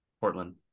Portland